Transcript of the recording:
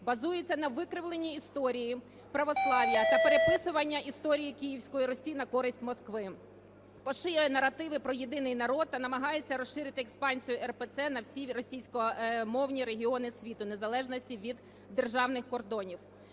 Базується на викривлені історії, православ'я та переписування історії Київської Русі на користь Москви. Поширює наративи про єдиний народ та намагається розширити експансію РПЦ на всі російськомовні регіони світу в незалежності від державних кордонів.